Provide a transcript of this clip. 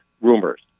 rumors